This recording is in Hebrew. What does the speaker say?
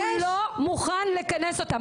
הוא לא מוכן לכנס אותה,